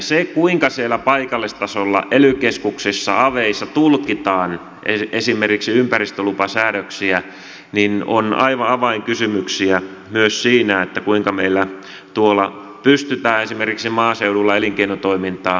se kuinka siellä paikallistasolla ely keskuksissa aveissa tulkitaan esimerkiksi ympäristösäädöksiä on aivan avainkysymyksiä myös siinä kuinka meillä pystytään esimerkiksi maaseudulla elinkeinotoimintaa kehittämään